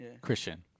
Christian